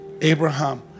Abraham